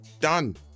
Done